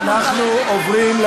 נא לסיים.